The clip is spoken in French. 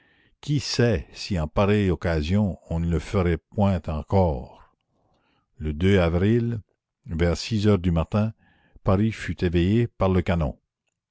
qui sait si en pareille occasion on ne le ferait point encore e avril vers six heures du matin paris fut éveillé par le canon